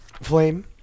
flame